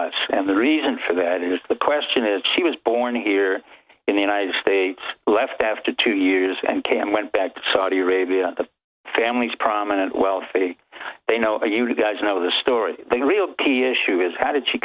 us and the reason for that is the question is she was born here in the united states left after two years and can went back to saudi arabia the families prominent wealthy they know about you guys know the story the real key issue is how did she